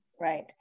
Right